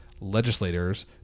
legislators